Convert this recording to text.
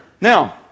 Now